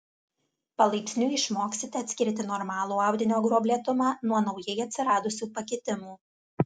palaipsniui išmoksite atskirti normalų audinio gruoblėtumą nuo naujai atsiradusių pakitimų